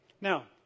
Now